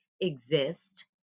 exist